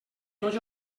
tots